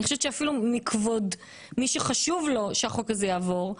אני חושבת שאפילו מי שחשוב לו שהחוק הזה יעבור,